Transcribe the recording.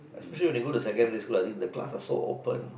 especially when you go secondary school the class are so open